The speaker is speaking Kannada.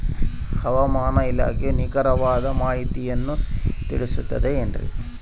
ಹವಮಾನ ಇಲಾಖೆಯ ನಿಖರವಾದ ಮಾಹಿತಿಯನ್ನ ತಿಳಿಸುತ್ತದೆ ಎನ್ರಿ?